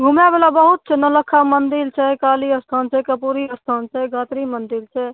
घूमै बला बहुत छै नौलखा मंदिल छै काली स्थान छै कपूरी स्थान छै धातृ मंदिल छै